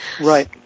Right